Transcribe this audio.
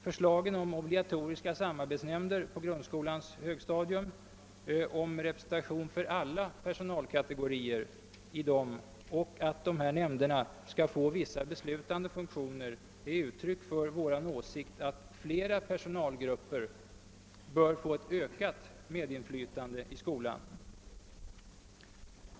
Förslagen om obligatoriska samarbetsnämnder på grundskolans högstadium och om representation för alla personalkategorier i dem och om vissa beslutande funktioner för dessa nämnder är uttryck för vår åsikt, att flera personalgrupper bör få ett ökat medinflytande i skolan.